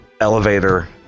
elevator